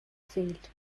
failed